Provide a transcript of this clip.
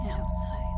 outside